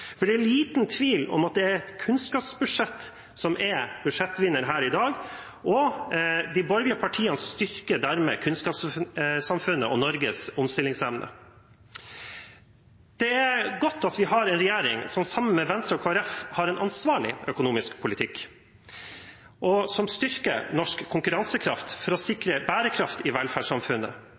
Det er liten tvil om at det er kunnskapsbudsjettet som er budsjettvinneren her i dag, og de borgerlige partiene styrker dermed kunnskapssamfunnet og Norges omstillingsevne. Det er godt at vi har en regjering som sammen med Venstre og Kristelig Folkeparti har en ansvarlig økonomisk politikk som styrker norsk konkurransekraft for å sikre bærekraft i velferdssamfunnet,